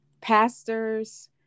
pastors